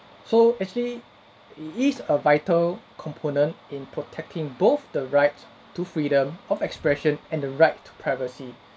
so actually it is a vital component in protecting both the right to freedom of expression and the right to privacy